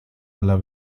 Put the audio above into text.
alla